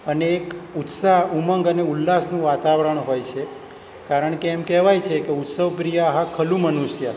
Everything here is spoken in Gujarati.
અને એક ઉત્સાહ ઉમંગ અને ઉલ્લાસનું વાતાવરણ હોય છે કારણ કે એમ કહેવાય છે કે ઉત્સવ પ્રિય આહા ખલુ મનુષ્ય